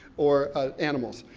or animals.